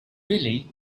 really